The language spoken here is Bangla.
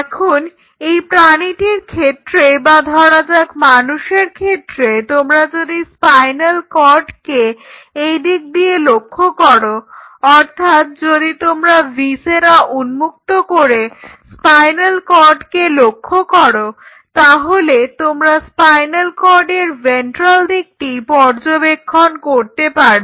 এখন এই প্রাণীটির ক্ষেত্রে বা ধরা যাক মানুষের ক্ষেত্রে তোমরা যদি স্পাইনাল কর্ডকে এই দিক থেকে লক্ষ্য করো অর্থাৎ যদি তোমরা ভিসেরা উন্মুক্ত করে স্পাইনাল কর্ডকে লক্ষ্য করো তাহলে তোমরা স্পাইনাল কর্ডের ভেন্ট্রাল দিকটি পর্যবেক্ষণ করতে পারবে